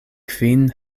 kvin